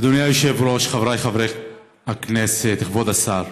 אדוני היושב-ראש, חבריי חברי הכנסת, כבוד השר,